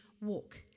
walk